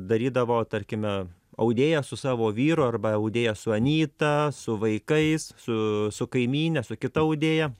darydavo tarkime audėja su savo vyru arba audėja su anyta su vaikais su kaimyne su kita audėja